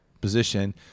position